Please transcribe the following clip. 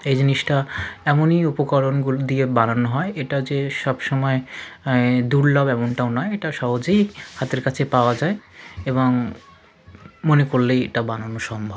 এই জিনিসটা এমনই উপকরণগুলি দিয়ে বানানো হয় এটা যে সব সময় দুর্লভ এমনটা নয় এটা সহজেই হাতের কাছে পাওয়া যায় এবং মনে কোল্লেই এটা বানানো সম্ভব